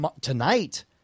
Tonight